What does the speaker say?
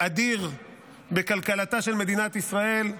אדיר בכלכלתה של מדינת ישראל.